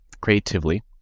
creatively